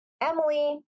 Emily